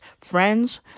friends